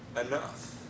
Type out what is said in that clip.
enough